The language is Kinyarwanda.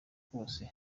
kose